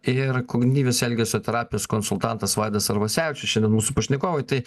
ir kognityvinės elgesio terapijos konsultantas vaidas arvasevičius šiandien mūsų pašnekovai tai